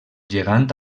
gegant